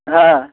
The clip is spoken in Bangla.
হ্যাঁ